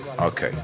okay